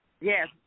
Yes